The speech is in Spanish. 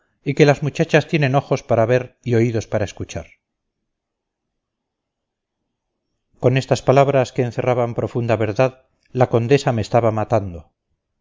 y que las muchachas tienen ojos para ver y oídos para escuchar con estas palabras que encerraban profunda verdad la condesa me estaba matando